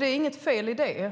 Det är inget fel i det.